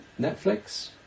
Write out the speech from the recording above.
Netflix